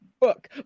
book